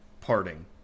parting